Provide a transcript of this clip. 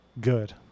good